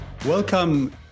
Welcome